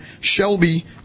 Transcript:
shelby